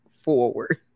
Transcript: forward